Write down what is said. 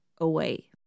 away